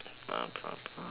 blah blah blah